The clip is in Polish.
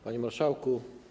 Panie Marszałku!